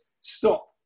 stop